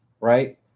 right